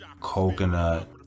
coconut